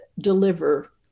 deliver